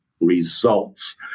results